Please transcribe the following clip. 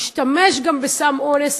שהשתמש גם בסם אונס,